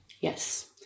Yes